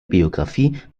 biografie